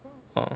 oh